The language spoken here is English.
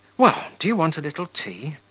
well, do you want a little tea?